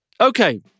Okay